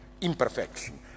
imperfection